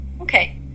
Okay